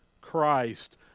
Christ